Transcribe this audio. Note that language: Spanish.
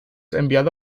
enviado